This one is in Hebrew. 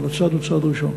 אבל הצעד הוא צעד ראשון.